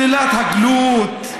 שלילת הגלות,